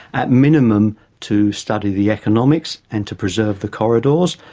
at minimum to study the economics and to preserve the corridors,